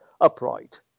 upright